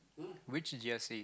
which g_r_c